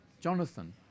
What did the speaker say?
Jonathan